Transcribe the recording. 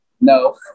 No